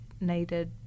needed